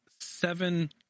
seven